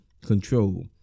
control